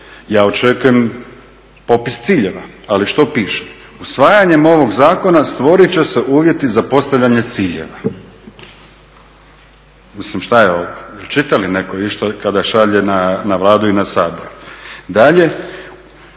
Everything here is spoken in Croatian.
Ja očekujem popis ciljeva, ali što piše. "Usvajanjem ovog zakona stvorit će se uvjeti za postavljanje ciljeva." Mislim šta je ovo, čita li netko išta kada šalje na Vladu i na Sabor. Dalje,